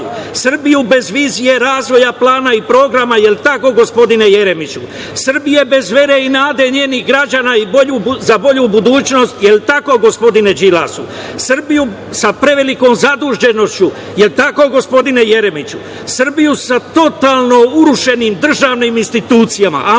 Srbiju bez vizije razvoja plana i programa. Jel tako gospodine Jeremiću? Srbija bez vere i nade njenih građana i za bolju budućnost. Jel tako, gospodine Đilas? Srbiju sa prevelikom zaduženošću. Jel tako, gospodine Jeremiću? Srbiju sa totalno urušenim državnim institucijama. Ama baš